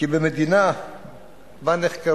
כי במדינה שנחקרו